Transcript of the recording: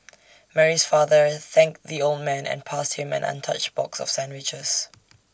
Mary's father thanked the old man and passed him an untouched box of sandwiches